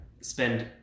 spend